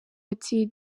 ati